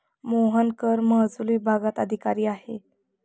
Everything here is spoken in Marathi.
मोहन कर महसूल विभागात अधिकारी आहे